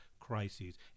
crises